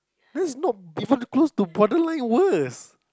that's not even close to borderline worst